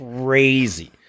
crazy